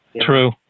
true